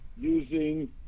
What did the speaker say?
using